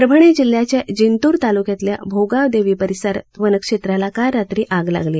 परभणी जिल्ह्याच्या जिंतूर तालूक्यातल्या भोगाव देवी परिसरात वन क्षेत्राला काल रात्री आग लागली